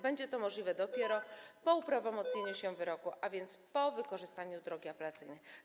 Będzie to możliwe dopiero po uprawomocnieniu się wyroku, a więc po wykorzystaniu drogi apelacyjnej.